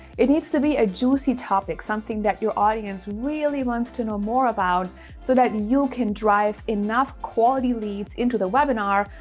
it needs to be a juicy topic. something that your audience really wants to know more about so that you can drive enough quality leads into the webinar.